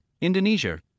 Indonesia